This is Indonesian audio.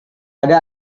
ada